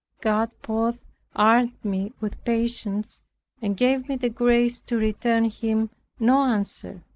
god both armed me with patience and gave me the grace to return him no answer.